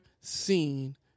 seen